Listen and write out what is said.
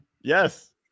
Yes